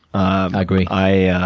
i agree. i